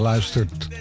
luistert